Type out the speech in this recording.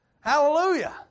Hallelujah